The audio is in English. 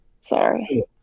Sorry